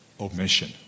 omission